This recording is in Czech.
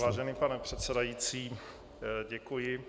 Vážený pane předsedající, děkuji.